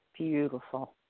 Beautiful